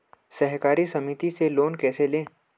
सहकारी समिति से लोन कैसे लें?